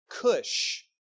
Cush